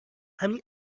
همین